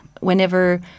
whenever